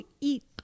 eat